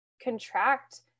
contract